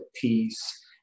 peace